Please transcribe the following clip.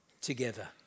together